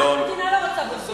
למצב הזה.